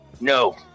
No